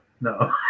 No